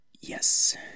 Yes